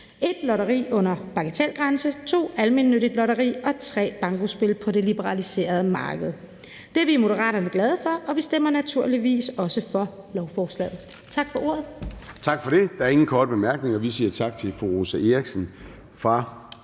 lotteri under bagatelgrænse, for det andet almennyttigt lotteri og for det trejde bankospil på det liberaliserede marked. Det er vi i Moderaterne glade for, og vi stemmer naturligvis også for lovforslaget.